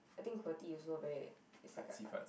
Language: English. I think also very it's like a